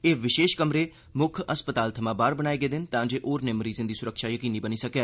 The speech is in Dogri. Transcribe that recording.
एह् विशेष कमरे मुक्ख अस्पताल थमां बाह्र बनाए गेदे न तांजे होरने मरीजें दी सुरक्षा यकीनी बनी सकै